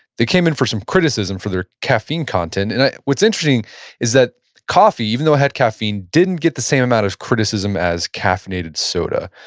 they came in for some criticism for their caffeine content. and what's interesting is that coffee, even though it had caffeine, didn't get the same amount of criticism as caffeinated soda.